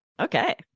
Okay